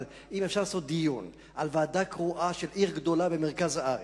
אבל אם אפשר לעשות דיון על ועדה קרואה של עיר גדולה במרכז הארץ,